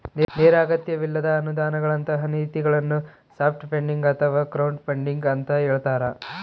ನೇರ ಅಗತ್ಯವಿಲ್ಲದ ಅನುದಾನಗಳಂತ ನಿಧಿಗಳನ್ನು ಸಾಫ್ಟ್ ಫಂಡಿಂಗ್ ಅಥವಾ ಕ್ರೌಡ್ಫಂಡಿಂಗ ಅಂತ ಹೇಳ್ತಾರ